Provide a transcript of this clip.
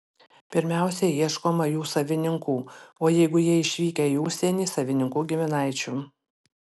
pirmiausia ieškoma jų savininkų o jeigu jie išvykę į užsienį savininkų giminaičių